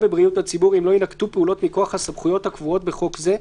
בבריאות הציבור אם לא יינקטו פעולות מכוח הסמכויות הקבועות בחוק זה,